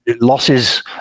losses